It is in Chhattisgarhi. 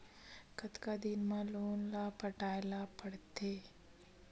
कतका दिन मा लोन ला पटाय ला पढ़ते?